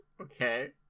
Okay